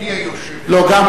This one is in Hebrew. בלי היושב-ראש,